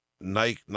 Nike